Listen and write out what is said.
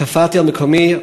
קפאתי על מקומי.